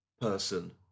person